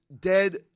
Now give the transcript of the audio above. dead